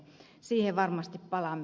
siihen varmasti palaamme